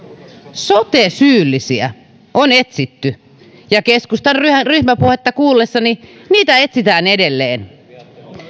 sote syyllisiä on etsitty ja keskustan ryhmäpuheen kuullessani huomasin että niitä etsitään edelleen